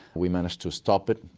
we managed to stop it.